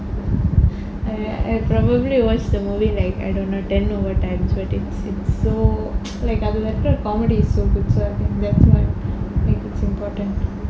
I probably will watch the movie like I don't know ten over times it's so like அதுல இருக்குற:atula irukkura comedy so good so that's why I think it's important